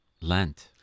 Lent